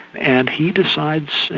and he decides,